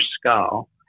skull